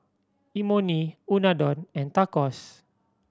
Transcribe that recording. Imoni Unadon and Tacos